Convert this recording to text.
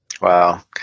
Wow